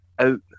Out